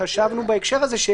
חשבנו בהקשר הזה,